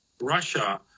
Russia